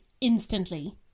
Instantly